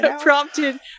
prompted